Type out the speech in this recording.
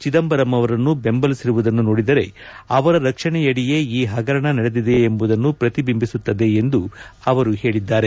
ಚೆದಂಬರಂ ಅವರನ್ನು ಬೆಂಬಲಿಸುವುದನ್ನು ನೋಡಿದರೆ ಅವರ ರಕ್ಷಣೆಯಡಿಯೇ ಈ ಹಗರಣ ನಡೆದಿದೆ ಎಂಬುದು ಪ್ರತಿಬಿಂಬಿಸುತ್ತದೆ ಎಂದು ಹೇಳಿದ್ದಾರೆ